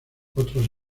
otros